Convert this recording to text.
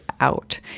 out